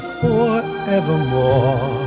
forevermore